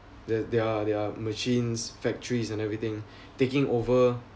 there there are there are machines factories and everything taking over